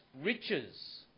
riches